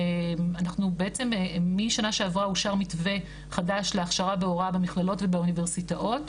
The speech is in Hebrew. בעצם משנה שעברה אושר מתווה חדש להכשרה בהוראה למכללות ולאוניברסיטאות,